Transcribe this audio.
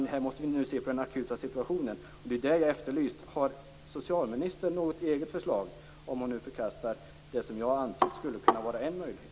Här måste vi se på den akuta situationen. Det är det jag har efterlyst. Har socialministern något eget förslag om hon nu förkastar det som jag antar skulle kunna vara en möjlighet?